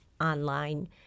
online